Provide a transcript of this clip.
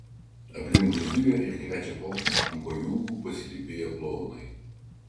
aplinkui zuja ir krečia pokštus ant kojūkų pasilypėję klounai